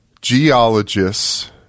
geologists